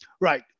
Right